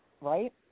right